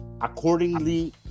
accordingly